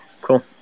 Cool